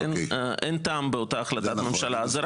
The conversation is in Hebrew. אין טעם באותה החלטת ממשלה, שרק